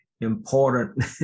important